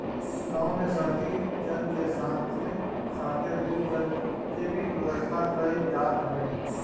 गांव में सतही जल के साथे साथे भू जल के भी व्यवस्था कईल जात हवे